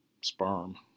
sperm